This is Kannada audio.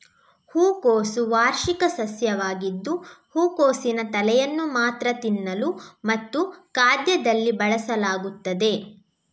ಹೂಕೋಸು ವಾರ್ಷಿಕ ಸಸ್ಯವಾಗಿದ್ದು ಹೂಕೋಸಿನ ತಲೆಯನ್ನು ಮಾತ್ರ ತಿನ್ನಲು ಮತ್ತು ಖಾದ್ಯದಲ್ಲಿ ಬಳಸಲಾಗುತ್ತದೆ